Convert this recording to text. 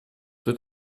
wird